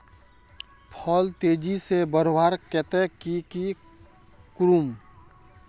फल तेजी से बढ़वार केते की की करूम?